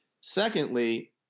Secondly